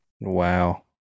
Wow